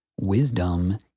Wisdom